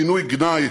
כינוי גנאי